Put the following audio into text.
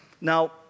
Now